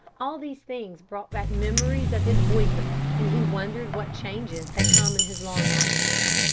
all these things brought back memories of his boyhood and he wondered what changes had come in his long absence.